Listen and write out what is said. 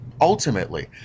ultimately